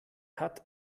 hat